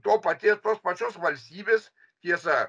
to paties tos pačios valstybės tiesa